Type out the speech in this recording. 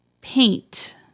Paint